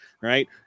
right